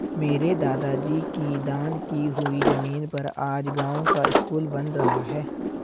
मेरे दादाजी की दान की हुई जमीन पर आज गांव का स्कूल बन रहा है